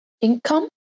income